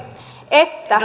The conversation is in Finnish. että